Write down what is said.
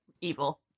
evil